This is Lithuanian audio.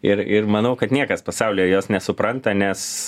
ir ir manau kad niekas pasaulyje jos nesupranta nes